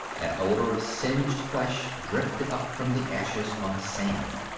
an odor of singed flesh drifted up from the ashes on the sand.